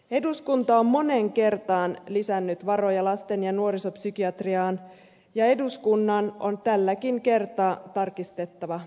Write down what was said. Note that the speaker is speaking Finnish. eduskunta on moneen kertaan lisännyt varoja lasten ja nuorisopsykiatriaan ja eduskunnan on tälläkin kertaa tarkistettava tilanne